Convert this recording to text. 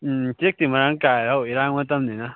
ꯎꯝ ꯆꯦꯛꯇꯤ ꯃꯔꯥꯡ ꯀꯥꯏꯔꯦ ꯍꯧꯖꯤꯛ ꯏꯔꯥꯡ ꯃꯇꯝꯅꯤꯅ